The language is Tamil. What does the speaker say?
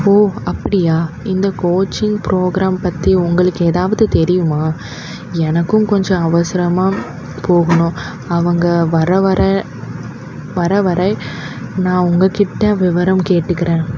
ஓ அப்படியா இந்த கோச்சிங் ப்ரோக்ராம் பற்றி உங்களுக்கு ஏதாவது தெரியுமா எனக்கும் கொஞ்சம் அவசரமாக போகணும் அவங்க வர வர வர வரை நான் உங்ககிட்ட விவரம் கேட்டுக்கிறேன்